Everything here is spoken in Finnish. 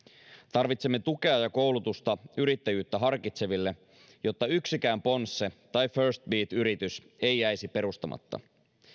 tarvitsemme tukea ja koulutusta yrittäjyyttä harkitseville jotta yksikään ponsse tai firstbeat yritys ei jäisi perustamatta